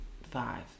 five